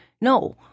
no